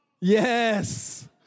Yes